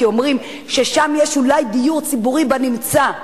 כי אומרים ששם יש אולי דיור ציבורי בנמצא?